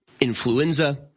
influenza